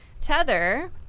Tether